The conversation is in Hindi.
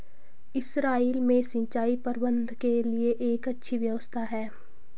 इसराइल में सिंचाई प्रबंधन के लिए एक अच्छी व्यवस्था है